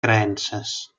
creences